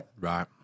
Right